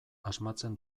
asmatzen